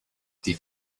die